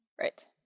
Right